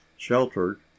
sheltered